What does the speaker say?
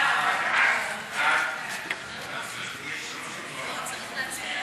ההצעה להעביר את הצעת